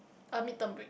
a mid term break